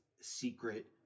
secret